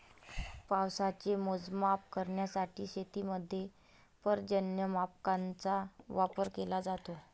पावसाचे मोजमाप करण्यासाठी शेतीमध्ये पर्जन्यमापकांचा वापर केला जातो